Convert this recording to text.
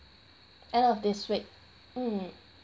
end of this week mm